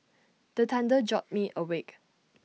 the thunder jolt me awake